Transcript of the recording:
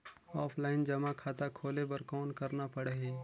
Offline जमा खाता खोले बर कौन करना पड़ही?